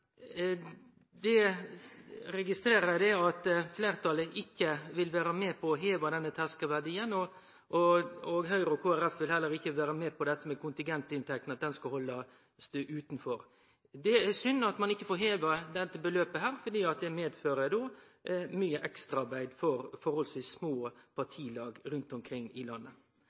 Eg registrerer at fleirtalet ikkje vil vere med på å heve terskelverdien, og Høgre og Kristeleg Folkeparti vil heller ikkje vere med på at kontingentinntektene skal haldast utanfor. Det er synd at ein ikkje får heva dette beløpet, for det medfører mykje ekstraarbeid for forholdsvis små partilag rundt omkring i landet.